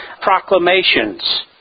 proclamations